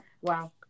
Wow